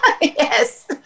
Yes